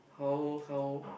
how how